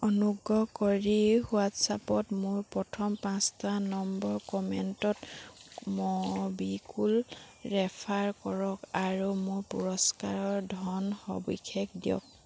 অনুগ্ৰহ কৰি হোৱাট্ছএপত মোৰ প্ৰথম পাঁচটা নম্বৰ কমেণ্টত ম'বিকুইক ৰেফাৰ কৰক আৰু মোৰ পুৰস্কাৰৰ ধন সবিশেষ দিয়ক